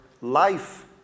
life